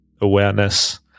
awareness